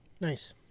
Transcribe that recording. Nice